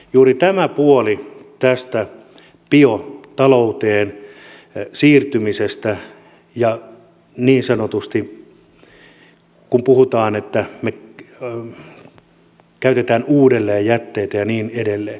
juuri tämä puoli tästä biotalouteen siirtymisestä ja niin sanotusti kun puhutaan että me käytämme uudelleen jätteitä ja niin edelleen